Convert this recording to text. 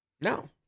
No